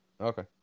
Okay